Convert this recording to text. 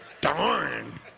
darn